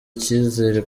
icyizere